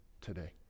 today